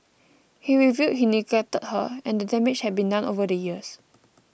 he revealed he neglected her and the damage had been done over the years